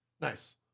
Nice